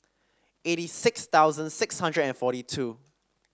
eighty six thousand six hundred and forty two